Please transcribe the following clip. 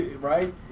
right